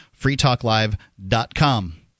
freetalklive.com